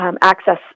access